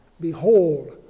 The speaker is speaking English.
Behold